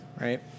Right